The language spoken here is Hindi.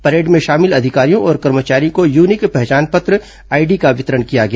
परेड में शामिल अधिकारियों और कर्मचारियों को यूनिक पहचान पत्र आईडी का वितरण किया गया